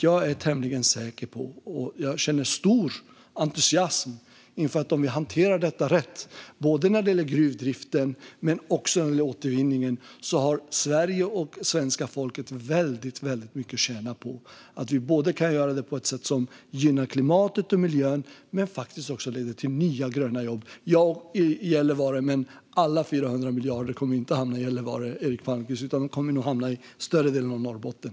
Jag känner stor entusiasm inför att Sverige och svenska folket, om vi hanterar detta rätt när det gäller både gruvdriften och återvinningen, har väldigt mycket att tjäna på detta och inför att vi kan göra det på ett sätt som gynnar klimatet och miljön men också leder till nya gröna jobb, inte bara i Gällivare - alla 400 miljarder kommer inte att hamna i Gällivare - utan i större delen av Norrbotten.